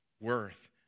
worth